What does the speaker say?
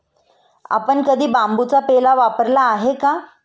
आपण कधी बांबूचा पेला वापरला आहे का?